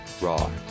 raw